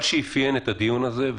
מה שאפיין את הדיון הזה,